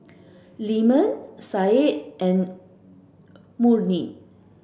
Leman Syed and Murni